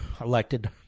elected